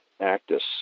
actus